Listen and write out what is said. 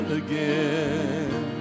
again